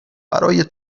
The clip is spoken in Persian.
برای